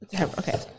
Okay